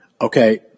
Okay